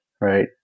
right